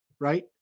right